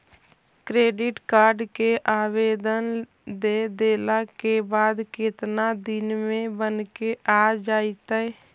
Credit card के आवेदन दे देला के बाद केतना दिन में बनके आ जइतै?